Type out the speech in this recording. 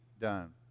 done